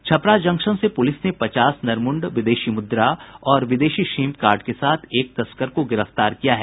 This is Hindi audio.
छपरा जंक्शन से पुलिस ने पचास नरमुंड विदेशी मुद्रा और विदेशी सिम कार्ड के साथ एक तस्कर को गिरफ्तार किया है